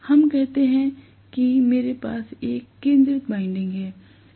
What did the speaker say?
हम कहते हैं कि मेरे पास एक केंद्रित वाइंडिंग है